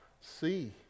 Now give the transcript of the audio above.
see